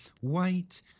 white